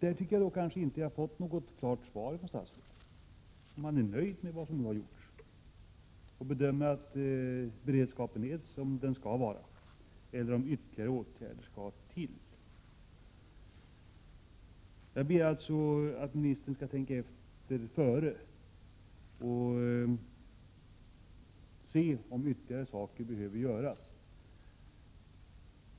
Jag tycker inte att jag har fått något klart svar från statsrådet på frågan om han är nöjd med vad som nu har gjorts och om han bedömer att beredskapen är som den skall vara eller om ytterligare åtgärder skall vidtas. Jag ber alltså att ministern skall tänka efter om ytterligare åtgärder behöver vidtas